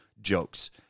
jokes